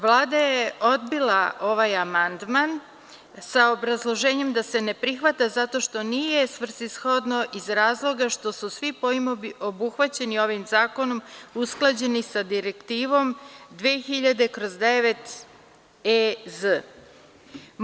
Vlada je odbila ovaj amandman, sa obrazloženjem da se ne prihvata zato što nije svrsishodno, iz razloga što su svi pojmovi obuhvaćeni ovim zakonom usklađeni sa Direktivom 2000/9 EZ.